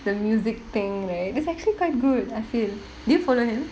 the music thing right that's actually quite good I feel do you follow him